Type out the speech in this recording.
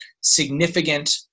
significant